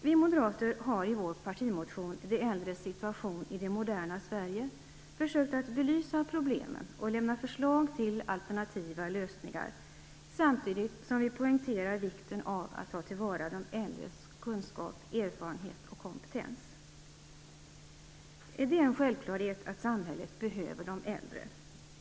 Vi moderater har i vår partimotion De äldres situation i det moderna Sverige försökt belysa problemen och lämna förslag till alternativa lösningar, samtidigt som vi poängterar vikten av att ta till vara de äldres kunskap, erfarenhet och kompetens. Det är en självklarhet att samhället behöver de äldre.